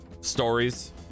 stories